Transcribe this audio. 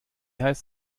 heißt